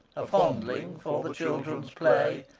a fondling for the children's play,